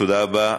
תודה רבה.